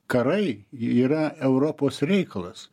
karai yra europos reikalas